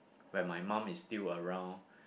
when my mom is still around